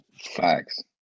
facts